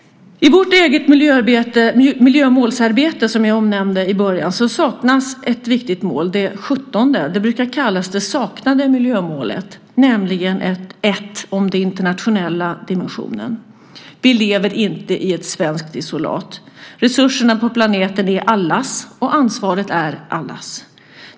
I vårt eget miljömålsarbete som jag omnämnde i början, saknas ett viktigt mål, det 17:e. Det brukar kallas det saknade miljömålet, nämligen ett mål om den internationella dimensionen. Vi lever inte i ett svenskt isolat. Resurserna på planeten är allas, och ansvaret är allas.